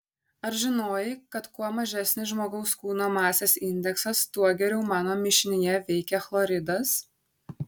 ar žinojai kad kuo mažesnis žmogaus kūno masės indeksas tuo geriau mano mišinyje veikia chloridas